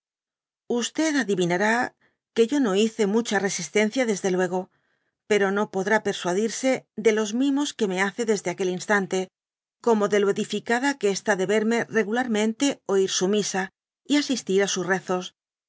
adivinará que yo no hice mucha resistencia desde luego pero no podrá persuadirse de los mimos que me hace desde aquel instante como de lo edificada que está de yerme regularmente oir su misa y asistir á sus rezos